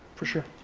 for sure.